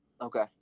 Okay